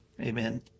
Amen